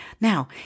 Now